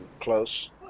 close